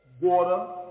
water